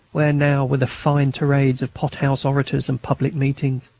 where now were the fine tirades of pothouse orators and public meetings?